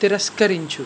తిరస్కరించు